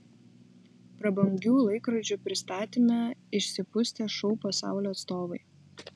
prabangių laikrodžių pristatyme išsipustę šou pasaulio atstovai